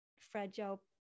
fragile